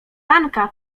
ranka